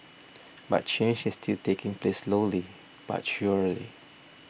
but change is still taking place slowly but surely